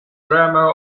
grammar